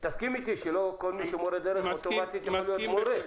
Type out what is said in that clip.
תסכים איתי שלא כל מי שמורה דרך הוא אוטומטית יכול להיות מורה.